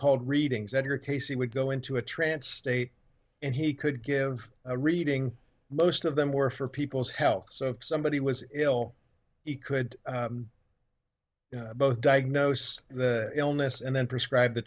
called readings edgar cayce he would go into a trance state and he could give a reading most of them were for people's health so somebody was ill he could both diagnose the illness and then prescribe the